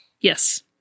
Yes